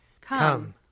Come